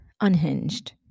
unhinged